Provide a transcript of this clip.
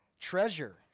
treasure